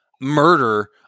murder